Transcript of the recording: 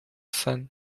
sen